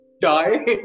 die